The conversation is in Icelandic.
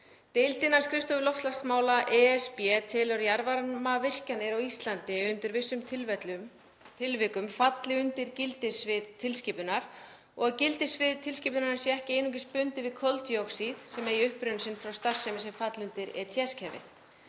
Deild innan skrifstofu loftslagsmála ESB telur jarðvarmavirkjanir á Íslandi í vissum tilvikum falla undir gildissvið tilskipunar og að gildissvið tilskipunarinnar sé ekki einungis bundið við koldíoxíð sem eigi uppruna sinn frá starfsemi sem fellur undir ETS-kerfið.